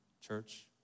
church